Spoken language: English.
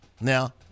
Now